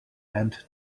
and